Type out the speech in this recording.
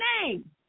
name